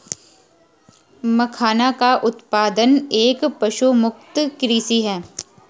मखाना का उत्पादन एक पशुमुक्त कृषि है